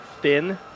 thin